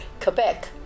Quebec